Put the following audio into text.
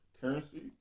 Currency